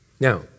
Now